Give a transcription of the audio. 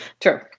True